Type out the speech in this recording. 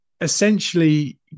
essentially